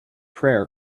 prayer